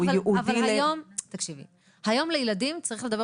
הוא ייעודי --- היום לילדים צריך לדבר